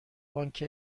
بانک